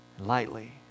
lightly